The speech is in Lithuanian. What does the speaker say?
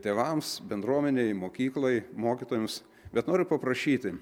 tėvams bendruomenei mokyklai mokytojams bet noriu paprašyti